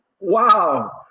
wow